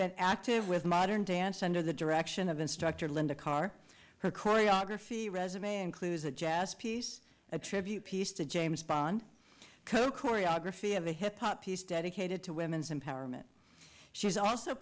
been active with modern dance under the direction of instructor linda carr her choreography resume includes a jazz piece a tribute piece to james bond co choreography of a hip hop piece dedicated to women's empowerment she's also